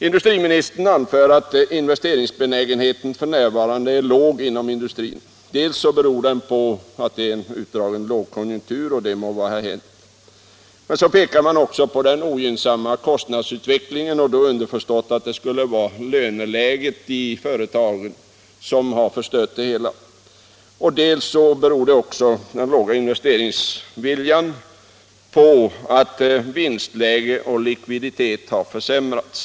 Industriministern sade att investeringsbenägenheten inom industrin är låg f.n. Detta sägs dels bero på den utdragna lågkonjunkturen, och det må vara hänt, dels pekas det på den ogynnsamma kostnadsutvecklingen, och då underförstås att löneläget i företagen förstört det hela, dels beror det på att vinster och likviditet har försämrats.